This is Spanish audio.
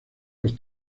los